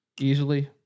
Easily